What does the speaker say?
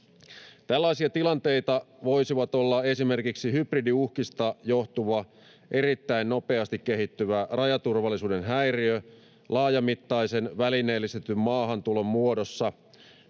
Tällaisia tilanteita voisivat olla esimerkiksi hybridiuhkista johtuva, erittäin nopeasti kehittyvä rajaturvallisuuden häiriö laajamittaisen välineellistetyn maahantulon muodossa